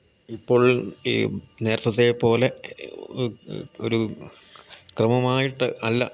ഇപ്പോൾ ഈ നേരത്തത്തെപ്പോലെ ഒരു ക്രമമായിട്ട് അല്ല